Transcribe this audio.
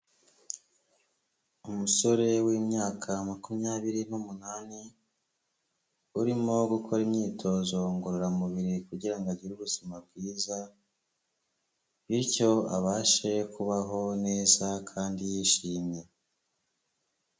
Umusore w'imyaka makumyabiri n'umunani, urimo gukora imyitozo ngororamubiri kugirango agire ubuzima bwiza, bityo abashe kubaho neza kandi yishimye.